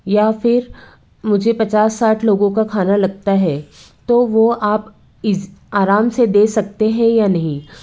या फिर मुझे पचास साठ लोगों का खाना लगता है तो वो आप इस आराम से दे सकते हैं या नहीं